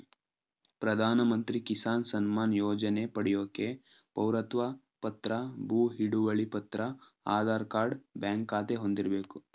ಪ್ರಧಾನಮಂತ್ರಿ ಕಿಸಾನ್ ಸಮ್ಮಾನ್ ಯೋಜನೆ ಪಡ್ಯೋಕೆ ಪೌರತ್ವ ಪತ್ರ ಭೂ ಹಿಡುವಳಿ ಪತ್ರ ಆಧಾರ್ ಕಾರ್ಡ್ ಬ್ಯಾಂಕ್ ಖಾತೆ ಹೊಂದಿರ್ಬೇಕು